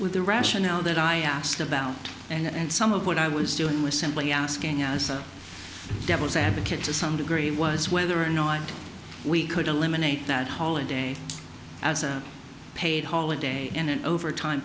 with the rationale that i asked about and some of what i was doing was simply asking as a devil's advocate to some degree was whether or no i we could eliminate that holiday as a paid holiday and an overtime